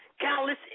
Countless